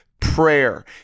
Prayer